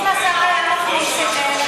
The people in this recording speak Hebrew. מי אסר עליכם להכניס את זה?